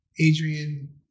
adrian